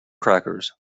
crackers